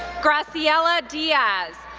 graciela diaz,